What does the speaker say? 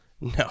No